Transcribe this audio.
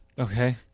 Okay